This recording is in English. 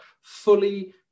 fully